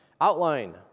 outline